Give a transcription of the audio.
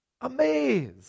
amazed